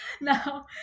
Now